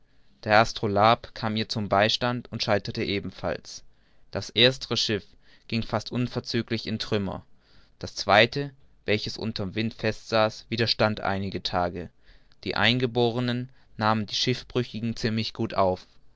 der astrolabe kam ihr zum beistand und scheiterte ebenfalls das erstere schiff ging fast unverzüglich in trümmer das zweite welches unter'm wind fest saß widerstand einige tage die eingeborenen nahmen die schiffbrüchigen ziemlich gut auf